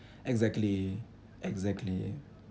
exactly exactly